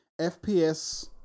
FPS